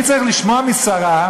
אני צריך לשמוע משרה,